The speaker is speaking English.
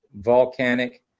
volcanic